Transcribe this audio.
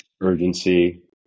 urgency